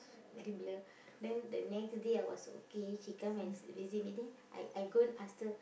very blur then the next day I was okay she come and s~ visit me then I I go and ask her